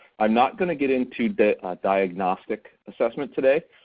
i'm not gonna get into diagnostic assessment today.